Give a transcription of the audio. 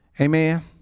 Amen